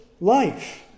life